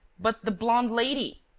but the blonde lady?